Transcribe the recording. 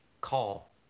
call